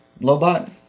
Lobot